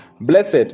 blessed